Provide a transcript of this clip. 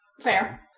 fair